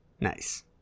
Nice